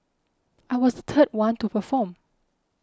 I was third one to perform